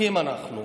אחים אנחנו,